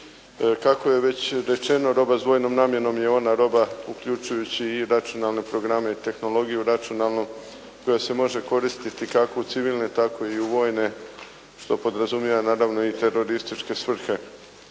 Kako je već rečeno, roba sa dvojnom namjenom je ona roba uključujući i računalne programe, tehnologiju računalnog koja se može koristiti kako u civilne tako i u vojne, što podrazumijeva naravno i terorističke svrhe.